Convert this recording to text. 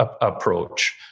approach